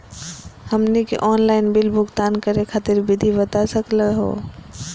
हमनी के online bill भुगतान करे खातीर विधि बता सकलघ हो?